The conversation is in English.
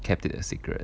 kept it a secret